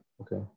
Okay